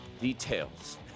details